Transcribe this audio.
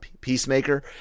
Peacemaker